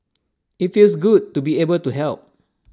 IT feels good to be able to help